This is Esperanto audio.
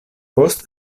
post